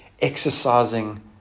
exercising